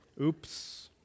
Oops